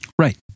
Right